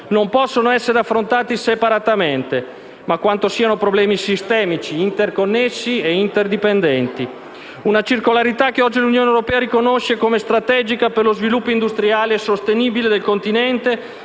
non possano essere affrontati separatamente, ma quanto siano problemi sistemici, interconnessi e interdipendenti. Una circolarità che oggi l'Unione europea riconosce come strategica per lo sviluppo industriale e sostenibile del Continente